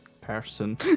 Person